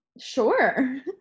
sure